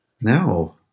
no